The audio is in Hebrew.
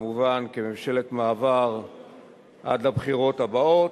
כמובן כממשלת מעבר עד לבחירות הבאות,